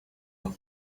aho